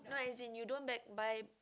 no as in you don't back buy